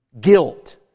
guilt